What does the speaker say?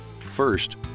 First